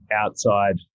outside